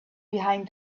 behind